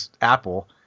apple